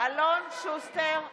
ואם הם